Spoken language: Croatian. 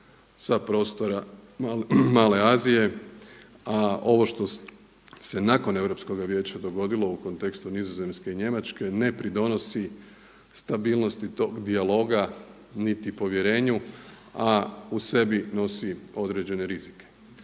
sa prostora Male Azije. A ovo što se nakon Europskoga vijeća dogodilo u kontekstu Nizozemske i Njemačke ne pridonosi stabilnosti tog dijaloga, niti povjerenju a u sebi nosi određene rizike.